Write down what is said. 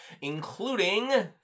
including